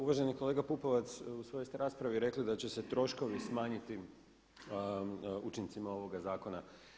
Uvaženi kolega Pupovac u svojoj ste raspravi rekli da će se troškovi smanjiti učincima ovoga zakona.